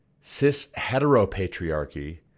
cis-heteropatriarchy